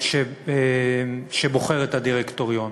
שבוחרת את הדירקטוריון?